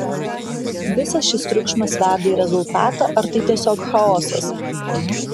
visas šis triukšmas veda į rezultatą ar tai tiesiog chaosas